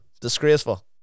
disgraceful